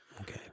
Okay